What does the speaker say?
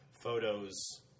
photos